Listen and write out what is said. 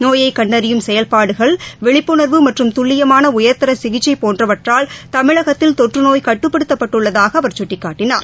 நோயைகண்டறியும் செயல்பாடுகள் விழிப்புணர்வு மற்றும் துல்லியமானஉயர்தரசிகிச்சைபோன்றவற்றால் தமிழகத்தில் தொற்றுநோய் கட்டுப்படுத்தப்பட்டுள்ளதாகஅவர் சுட்டிக்காட்டினார்